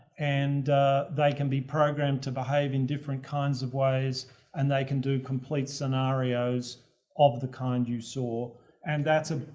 and they can be programmed to behave in different kinds of ways and they can do complete scenarios of the kind you saw and that's a,